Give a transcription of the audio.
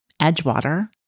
Edgewater